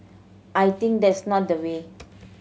I think that's not the way